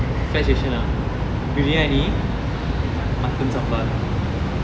five station ah biryani mutton sambal